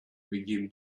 begin